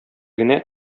генә